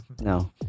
No